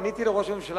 פניתי לראש הממשלה,